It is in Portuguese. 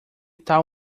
tal